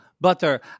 Butter